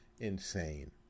insane